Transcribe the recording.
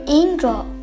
angel